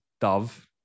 Dove